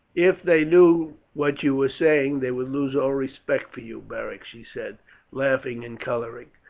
if they knew what you were saying they would lose all respect for you, beric, she said laughing and colouring.